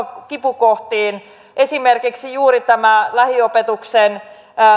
kipukohtiin esimerkiksi juuri tämä lähiopetuksen